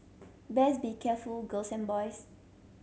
best be careful girls and boys